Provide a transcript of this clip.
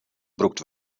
brûkt